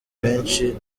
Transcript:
benshi